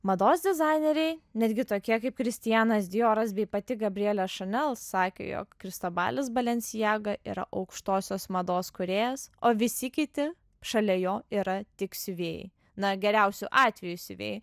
mados dizaineriai netgi tokie kaip kristianas dioras bei pati gabrielė chanel sakė jog kristobalis balenciaga yra aukštosios mados kūrėjas o visi kiti šalia jo yra tik siuvėjai na geriausiu atveju siuvėjai